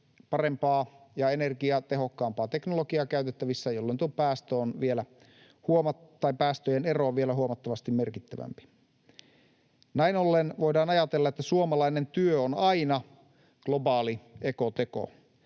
parempaa ja energiatehokkaampaa teknologiaa käytettävissä, jolloin tuo päästöjen ero on vielä huomattavasti merkittävämpi. Näin ollen voidaan ajatella, että suomalainen työ on aina globaali ekoteko,